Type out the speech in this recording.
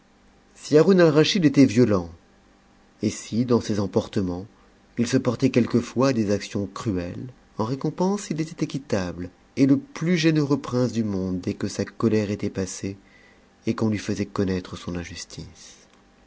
si haroun alraschid était violent et si dans ses emportements il se portait quelquefois à des actions cruettes en récompense il était équitable et le plus généreux prince du monde dès que sa colère était passée et qu'on lui faisait connaître son injustice